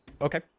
Okay